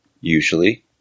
Usually